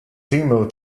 demo